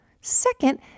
Second